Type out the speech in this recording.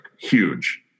Huge